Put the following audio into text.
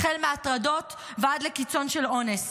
מהטרדות ועד לקיצון של אונס.